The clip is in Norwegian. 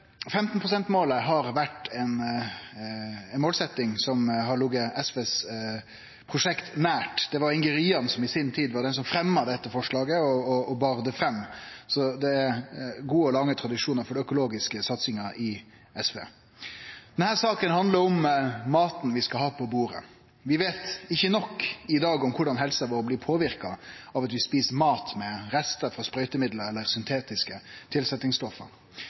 15 pst.-målet har vore ei målsetjing som har lege SVs prosjekt nært. Det var Inge Ryan som i si tid fremja dette forslaget og bar det fram, så det er gode og lange tradisjonar for den økologiske satsinga i SV. Denne saka handlar om maten vi skal ha på bordet. Vi veit ikkje nok i dag om korleis helsa vår blir påverka av at vi et mat med restar frå sprøytemiddel eller syntetiske